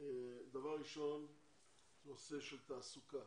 דבר ראשון נושא של תעסוקה.